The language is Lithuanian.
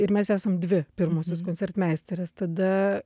ir mes esam dvi pirmosios koncertmeisterės tada